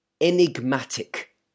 enigmatic